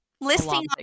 listing